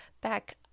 back